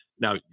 Now